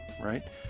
right